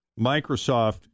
Microsoft